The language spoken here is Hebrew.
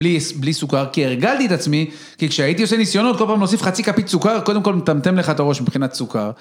בלי סוכר, כי הרגלתי את עצמי, כי כשהייתי עושה ניסיונות, כל פעם להוסיף חצי כפית סוכר, קודם כל מטמטם לך את הראש מבחינת סוכר.